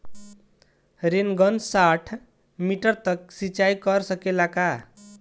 Rain gun साठ metre तक सिचाई कर सकेला का?